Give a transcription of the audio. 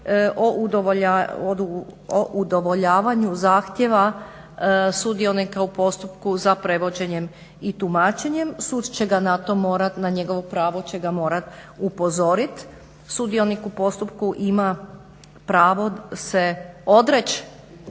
o udovoljavanju zahtjeva sudionika u postupku za prevođenjem i tumačenjem. Sud će ga na to morati, na njegovo pravo će ga morati upozoriti. Sudionik u postupku ima pravo se odreći